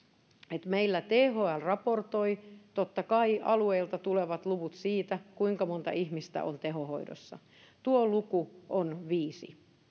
meillä thl raportoi totta kai alueilta tulevat luvut siitä kuinka monta ihmistä on tehohoidossa että tuo luku on viisi